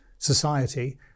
society